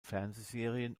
fernsehserien